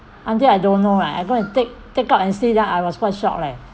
until I don't know right I go and take take out and see that I was quite shocked leh